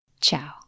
Ciao